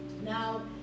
Now